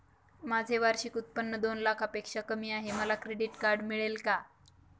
माझे वार्षिक उत्त्पन्न दोन लाखांपेक्षा कमी आहे, मला क्रेडिट कार्ड मिळेल का?